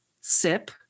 sip